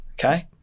Okay